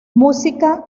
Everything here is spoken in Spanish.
música